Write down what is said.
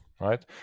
right